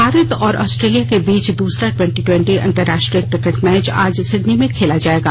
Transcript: भारत और ऑस्ट्रेलिया के बीच दूसरा ट्वेंटी ट्वेंटी अंतर्राष्ट्रीय क्रिकेट मैच आज सिडनी में खेला जाएगा